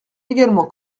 également